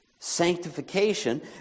Sanctification